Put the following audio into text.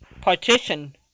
partition